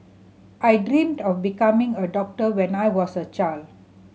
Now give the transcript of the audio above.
I dreamt of becoming a doctor when I was a child